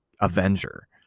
Avenger